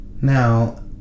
Now